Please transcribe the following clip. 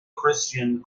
christian